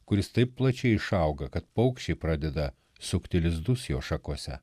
kuris taip plačiai išauga kad paukščiai pradeda sukti lizdus jo šakose